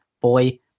boy